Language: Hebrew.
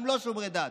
וגם לא שומרי דת,